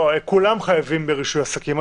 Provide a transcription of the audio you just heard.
לא, כולם חייבים ברישוי עסקים.